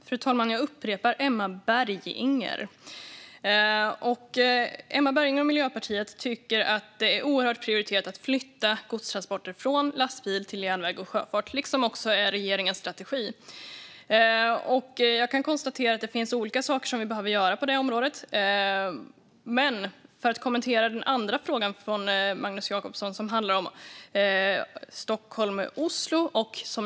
Fru talman! Jag upprepar att jag heter Emma Berginger. Emma Berginger och Miljöpartiet tycker att det är oerhört prioriterat att flytta godstransporter från lastbil till järnväg och sjöfart. Det är också regeringens strategi. Jag konstaterar att det finns olika saker vi behöver göra på det området. Jag ska även kommentera den andra frågan från Magnus Jacobsson om sträckningen Stockholm-Oslo.